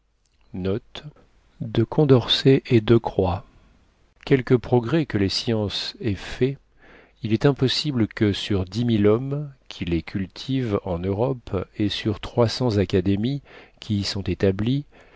quelques progrès que les sciences aient faits il est impossible que sur dix mille hommes qui les cultivent en europe et sur trois cents académies qui y sont établies